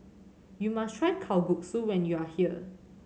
you must try Kalguksu when you are here